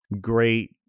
great